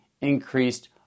increased